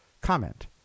Comment